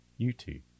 YouTube